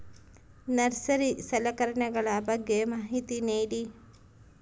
Nursery ಸಲಕರಣೆಗಳ ಬಗ್ಗೆ ಮಾಹಿತಿ ನೇಡಿ?